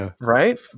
Right